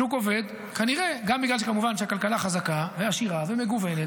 שוק עובד כנראה גם בגלל שהכלכלה חזקה ועשירה ומגוונת,